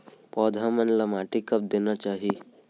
पौधा मन ला माटी कब देना चाही?